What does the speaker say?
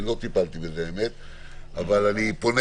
אני לא טיפלתי בזה, אבל אני פונה